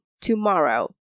tomorrow